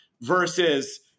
versus